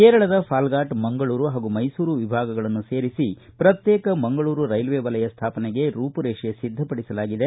ಕೇರಳದ ಫಾಲ್ಫಾಟ್ ಮಂಗಳೂರು ಪಾಗೂ ಮೈಸೂರು ವಿಭಾಗಗಳನ್ನು ಸೇರಿಸಿ ಪ್ರತ್ಯೇಕ ಮಂಗಳೂರು ರೈಲ್ವೆ ವಲಯ ಸ್ಥಾಪನೆಗೆ ರೂಪುರೇಷೆ ಸಿದ್ಧಪಡಿಸಲಾಗಿದೆ